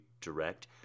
direct